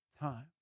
time